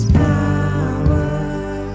power